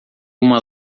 uma